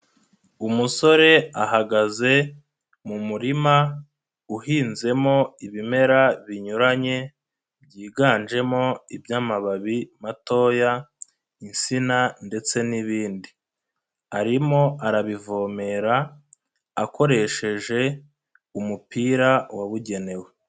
Umusore ahagaze mu murima uhinzemo ibimera binyuranye byiganjemo iby'amababi matoya, insina ndetse n'ibindi. Arimo arabivomera akoresheje umupira wabugenewe.